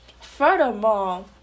Furthermore